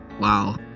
wow